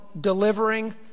delivering